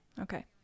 Okay